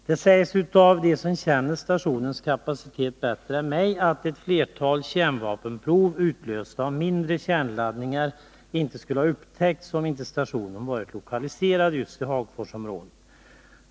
Det sägs av dem som känner stationens kapacitet bättre än jag att ett flertal kärnvapenprov, utlösta av mindre kärnladdningar, inte skulle ha upptäckts om inte stationen varit lokaliserad just till Hagforsområdet.